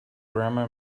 grammar